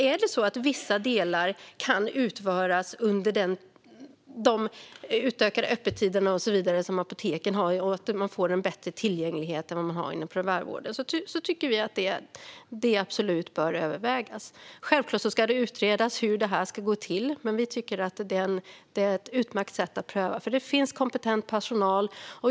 Är det så att vissa delar kan utföras under de utökade öppettider som apoteken har och att man får en bättre tillgänglighet än vad man har inom primärvården tycker vi att det absolut bör övervägas. Självklart ska det utredas hur detta ska gå till, men vi tycker att det är en utmärkt idé att pröva. Det finns nämligen kompetent personal.